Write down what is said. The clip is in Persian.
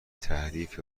تحریف